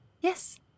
Yes